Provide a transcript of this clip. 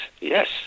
yes